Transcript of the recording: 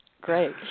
Great